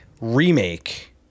remake